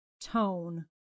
tone